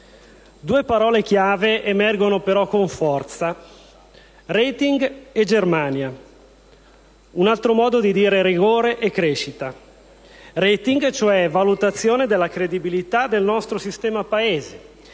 Due parole chiave emergono però con forza: *rating* e Germania; un altro modo di dire rigore e crescita. Per *rating* si intende valutazione della credibilità del nostro sistema Paese,